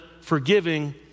forgiving